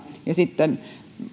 ja sitten